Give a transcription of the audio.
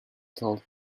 told